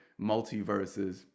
multiverses